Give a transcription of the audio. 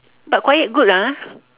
but quiet good lah